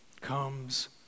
comes